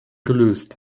gelöst